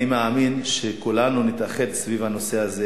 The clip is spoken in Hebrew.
אני מאמין שכולנו נתאחד סביב הנושא הזה,